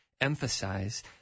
emphasize